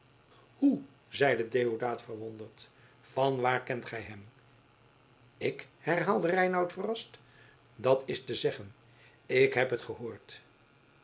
hoe zeide deodaat verwonderd van waar kent gij hem ik herhaalde reinout verrast dat is te zeggen ik heb het gehoord